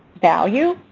value,